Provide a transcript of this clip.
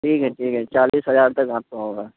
ٹھیک ہے ٹھیک ہے چالیس ہزار تک آپ کا ہوگا